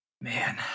Man